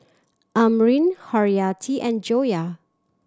Amrin Haryati and Joyah